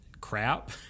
crap